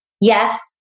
Yes